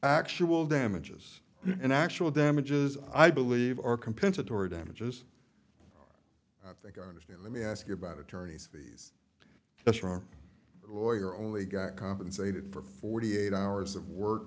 actual damages and actual damages i believe are compensatory damages i think i understand let me ask you about attorney's fees that's for a lawyer only got compensated for forty eight hours of work